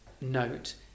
note